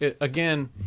again